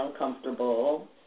uncomfortable